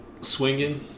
swinging